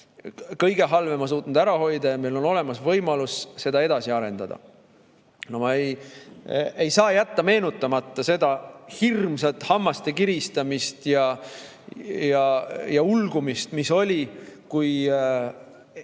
kõige halvema suutnud ära hoida ja meil on olemas võimalus seda edasi arendada. No ma ei saa jätta meenutamata seda hirmsat hammaste kiristamist ja ulgumist, mis oli, kui